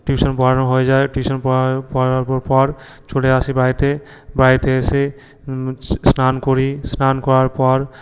tuition পড়ানো হয়ে যায় টিউশন পড়া পড়ানোর পর চলে আসি বাড়িতে বাড়িতে এসে স্নান করি স্নান করার পর